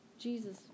Jesus